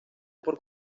por